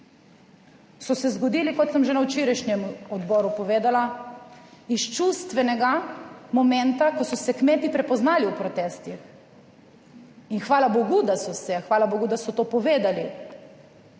so se zgodili, kot sem že na včerajšnjem odboru povedala, iz čustvenega momenta, ko so se kmetje prepoznali v protestih in hvala bogu, da so se. Hvala bogu, da so to povedali,